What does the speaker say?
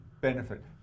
benefit